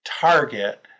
target